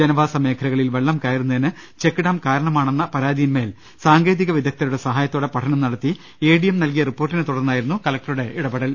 ജനവാ സമേഖലകളിൽ വെള്ളം കയറുന്നതിന് ചെക്ക് ഡാം കാരണമാണെ ന്ന പരാതിയിൻമേൽ സാങ്കേതിക വിദഗ്ധരുടെ സഹായത്തോടെ പഠനം നടത്തി എ ഡി എം നൽകിയ റിപ്പോർട്ടിനെ തുട്ടർന്നായിരു ന്നു കലക്ടറുടെ ഇടപെടൽ